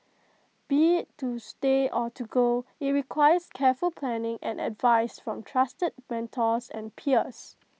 be IT to stay or to go IT requires careful planning and advice from trusted mentors and peers